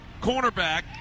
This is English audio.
cornerback